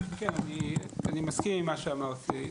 כן, אני מסכים עם מה שאמרת.